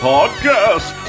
Podcast